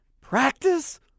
Practice